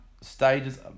stages